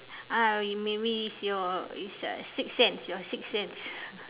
ah maybe is your is your six sense your six sense